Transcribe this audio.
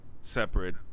separate